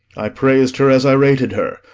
i prais'd her as i rated her.